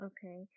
Okay